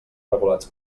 regulats